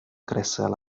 crecer